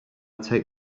take